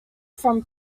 from